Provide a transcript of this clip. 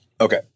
Okay